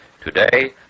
Today